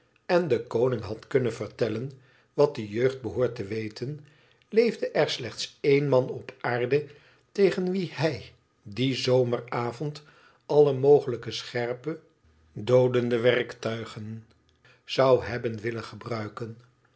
en den koning had kunnen vertellen wat de jeugd behoort te wefen leefde er slechts één man op aarde tegen wien hij dien zomeravond alle mogelijke scherpe doodende werktuigen zou hebben willen gebruiken